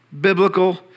biblical